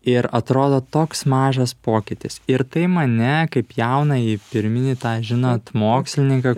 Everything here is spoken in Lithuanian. ir atrodo toks mažas pokytis ir tai mane kaip jaunąjį pirminį tą žinot mokslininką